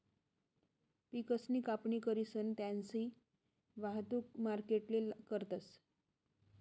पिकसनी कापणी करीसन त्यास्नी वाहतुक मार्केटले करतस